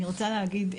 אני רוצה להגיד,